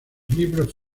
libros